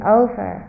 over